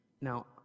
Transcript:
now